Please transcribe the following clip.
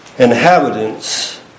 inhabitants